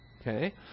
Okay